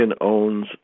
owns